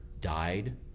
died